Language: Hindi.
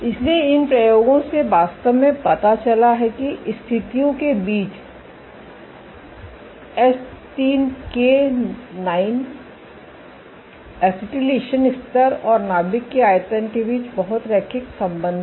इसलिए इन प्रयोगों से वास्तव में पता चला है कि स्थितियों के बीच एच3के9 एसिटिलेशन स्तर और नाभिक के आयतन के बीच बहुत रैखिक संबंध है